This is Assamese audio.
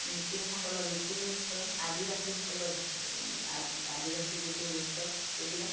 মিচিংসকলৰ মিচিং নৃত্য আদিবাসীসকলৰ এই আদিবাসী যিটো নৃত্য এইবিলাক